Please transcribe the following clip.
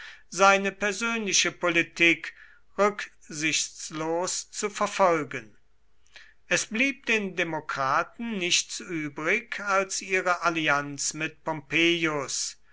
seine persönliche politik rücksichtslos zu verfolgen es blieb den demokraten nichts übrig als ihre allianz mit